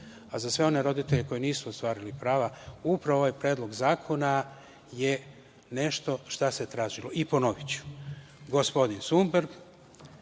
Za sve one roditelje koji nisu ostvarili prava upravo ovaj Predlog zakona je nešto šta se tražilo i ponoviću - gospodin Sumberg,